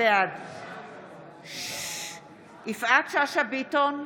בעד יפעת שאשא ביטון,